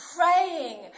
praying